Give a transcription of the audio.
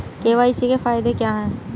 KYC के फायदे क्या है?